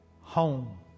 home